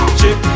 chip